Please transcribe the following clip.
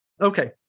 Okay